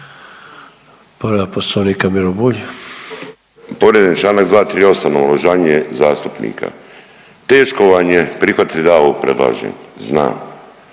Povreda Poslovnika Miro Bulj.